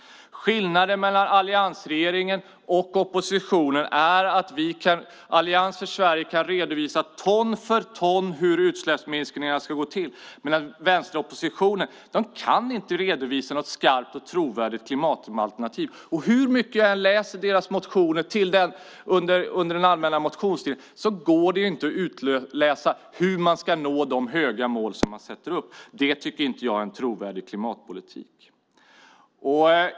Skillnaden mellan alliansregeringen och oppositionen är att Allians för Sverige kan redovisa ton för ton hur utsläppsminskningarna ska gå till. Vänsteroppositionen kan inte redovisa något skarpt och trovärdigt klimatalternativ. Hur mycket jag än läser i deras motioner från den allmänna motionstiden lyckas jag inte utläsa hur man ska nå de höga mål som de sätter upp. Det tycker inte jag är en trovärdig klimatpolitik.